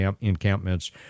encampments